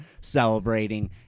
celebrating